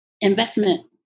investment